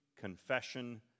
confession